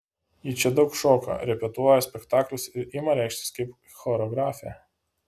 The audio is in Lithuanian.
ji čia daug šoka repetuoja spektaklius ir ima reikštis kaip choreografė